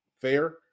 fair